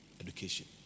Education